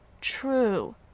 true